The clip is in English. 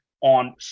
on